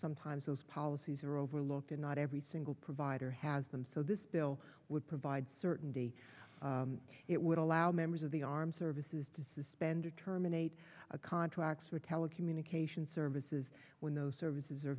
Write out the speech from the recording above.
sometimes those policies are overlooked and not every single provider has them so this bill would provide certainty it would allow members of the armed services to suspend or terminate a contract for telecommunications services when those services